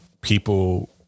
people